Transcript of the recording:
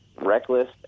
reckless